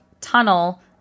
tunnel